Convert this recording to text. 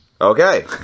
Okay